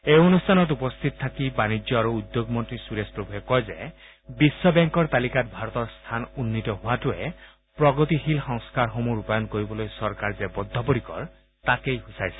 এই অনুষ্ঠান উপস্থিত থকা বাণিজ্য আৰু উদ্যোগ মন্ত্ৰী সূৰেশ প্ৰভুৱে কয় যে বিশ্ব বেংকৰ তালিকাত ভাৰতৰ স্থান উন্নিত হোৱাটোৰে প্ৰগতিশীল সংস্থাৰসমূহ ৰূপায়ণ কৰিবলৈ চৰকাৰ যে বদ্ধপৰিকৰ তাকেই সূচাইছে